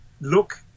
look